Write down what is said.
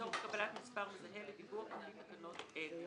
לצורך קבלת מספר מזהה לדיווח על תקנות אלה.